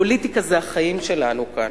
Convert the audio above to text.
פוליטיקה זה החיים שלנו כאן.